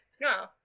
No